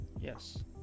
Yes